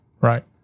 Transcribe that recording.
Right